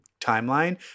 timeline